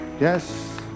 Yes